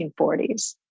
1940s